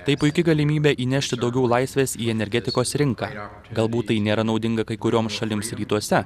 tai puiki galimybė įnešti daugiau laisvės į energetikos rinką galbūt tai nėra naudinga kai kurioms šalims rytuose